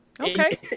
okay